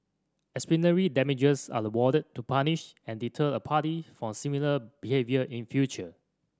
exemplary damages are awarded to punish and deter a party for similar behaviour in future